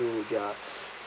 to their